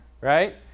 right